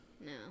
No